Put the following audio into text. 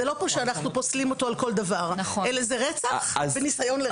זה לא שאנחנו פוסלים אותו על כל דבר אלא זה רצח וניסיון לרצח באלימות.